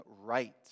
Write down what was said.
right